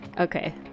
Okay